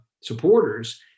supporters